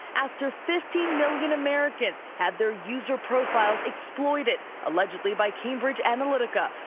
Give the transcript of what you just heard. after fifty million americans had their user profiles exploited, allegedly by cambridge analytica,